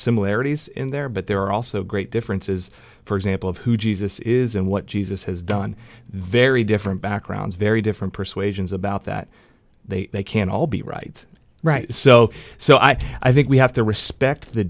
similarities in there but there are also great differences for example of who jesus is and what jesus has done very different backgrounds very different persuasions about that they can't all be right right so so i i think we have to respect the